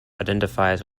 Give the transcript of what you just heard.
identifies